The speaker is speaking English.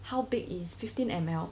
how big is fifteen M_L